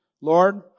Lord